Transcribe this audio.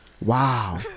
Wow